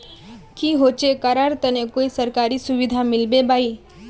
की होचे करार तने कोई सरकारी सुविधा मिलबे बाई?